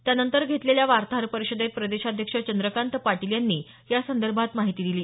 त्यानंतर घेतलेल्या वार्ताहर परिषदेत प्रदेशाध्यक्ष चंद्रकांत पाटील यांनी यासंदर्भात माहिती दिली